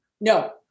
No